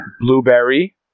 Blueberry